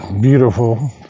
beautiful